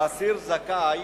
האסיר זכאי